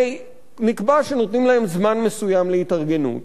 הרי נקבע שנותנים להם זמן מסוים להתארגנות.